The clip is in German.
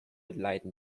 leiten